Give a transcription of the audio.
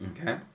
Okay